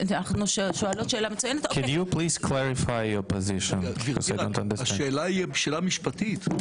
השאלה היא שאלה משפטית.